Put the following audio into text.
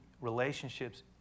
relationships